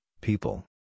people